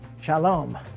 Shalom